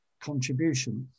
contributions